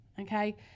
Okay